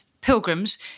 pilgrims